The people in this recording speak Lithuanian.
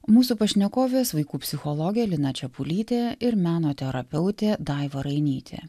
mūsų pašnekovės vaikų psichologė lina čepulytė ir meno terapeutė daiva rainytė